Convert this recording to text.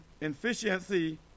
inefficiency